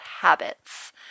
Habits